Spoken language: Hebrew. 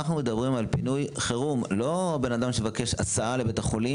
אנחנו מדברים על פינוי חירום; לא על בן אדם שמבקש הסעה לבית החולים,